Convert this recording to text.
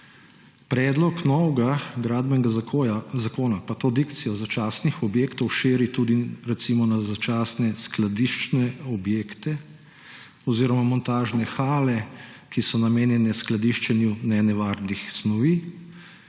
Predlog novega Gradbenega zakona pa to dikcijo začasnih objektov širi tudi na, recimo, začasne skladiščne objekte oziroma montažne hale, ki so namenjene skladiščenju nenevarnih snovi.